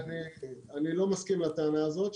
אני לא מסכים לטענה הזאת,